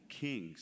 kings